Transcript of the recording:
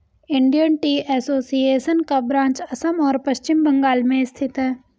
Indian tea association का branch Assam और पश्चिम बंगाल में स्थित है